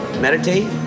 meditate